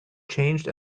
changed